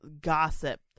gossip